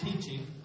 teaching